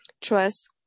trust